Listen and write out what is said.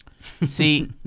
See